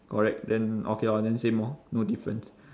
correct then okay orh then same orh no difference